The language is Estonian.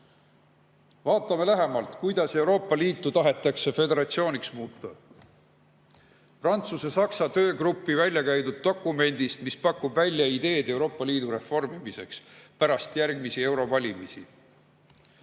paadis. Vaatame lähemalt, kuidas Euroopa Liitu tahetakse föderatsiooniks muuta. Prantsuse-Saksa töögrupp on välja käinud dokumendi, mis pakub välja ideed Euroopa Liidu reformimiseks pärast järgmisi valimisi.